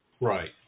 Right